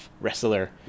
wrestler